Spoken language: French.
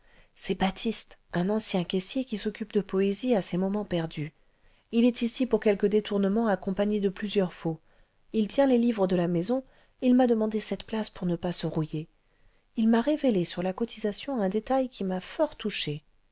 c'est baptiste un ancien caissier qui s'occupe cle j oésie à ses moments perdus il est ici pour quelques détournements accompagnés de plusieurs faux il tient les livres de la maison il m'a demandé cette place pour ne pas se fouiller ïï m'a révélé sur la cotisation un détail qui m'a fort touché